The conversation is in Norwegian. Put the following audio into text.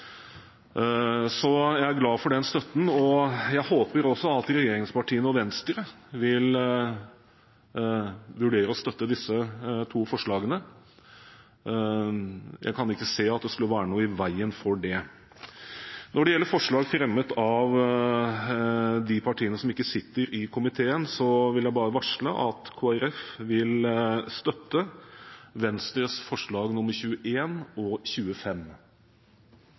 Så jeg er glad for den støtten. Jeg håper også at regjeringspartiene og Venstre vil vurdere å støtte disse to forslagene. Jeg kan ikke se at det skulle være noe i veien for det. Når det gjelder forslag fremmet av de partiene som ikke sitter i komiteen, vil jeg bare varsle at Kristelig Folkeparti vil støtte Venstres forslag nr. 21 og 25.